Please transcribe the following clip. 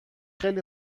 خیلی